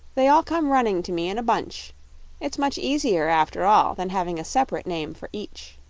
they all come running to me in a bunch it's much easier, after all, than having a separate name for each.